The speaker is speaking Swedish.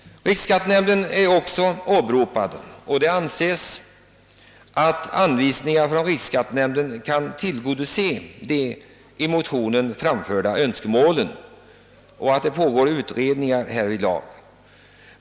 Riksskattenämnden är också åberopad. Det anses att anvisningar från riksskattenämnden kan tillgodose de i motionen framförda önskemålen, och utredningar pågår härvidlag.